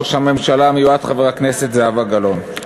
ראש הממשלה המיועד חברת הכנסת זהבה גלאון.